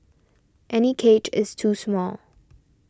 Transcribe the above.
any cage is too small